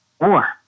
war